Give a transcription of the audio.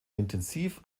intensiv